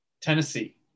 Tennessee